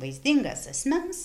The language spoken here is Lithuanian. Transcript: vaizdingas asmens